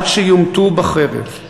עד שיומתו בחרב,